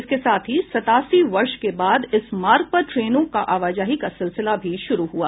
इसके साथ ही सतासी वर्ष के बाद इस मार्ग पर ट्रेनों की आवाजाही का सिलसिला भी शुरू हुआ